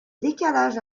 décalage